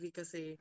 kasi